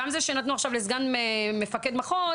גם זה שנתנו את זה לסגן מפקד מחוז